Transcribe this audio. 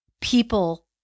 people